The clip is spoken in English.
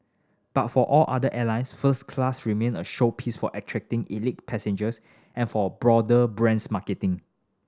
but for all other airlines first class remain a showpiece for attracting elite passengers and for a broader brands marketing